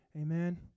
Amen